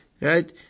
right